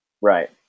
Right